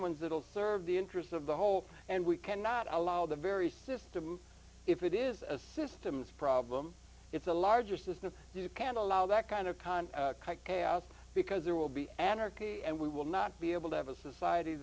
ones will serve the interests of the whole and we cannot allow the very system if it is a systems problem it's a larger system you can't allow that kind of con chaos because there will be anarchy and we will not be able to have a society